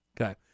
Okay